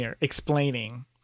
explaining